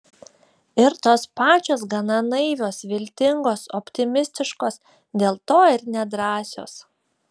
ir tos pačios gana naivios viltingos optimistiškos dėl to ir nedrąsios